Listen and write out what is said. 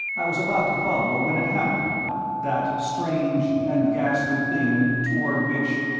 i was about to follow, when it happened that strange and ghastly thing toward which,